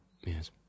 Yes